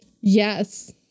Yes